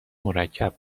مرکب